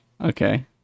Okay